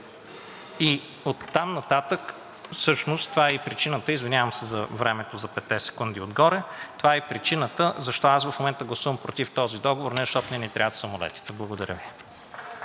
И оттам нататък, всъщност това е и причината, извинявам се за времето – за петте секунди отгоре, това е и причината защо аз в момента гласувам против този договор, а не защото не ни трябват самолетите. Благодаря.